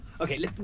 Okay